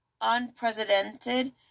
unprecedented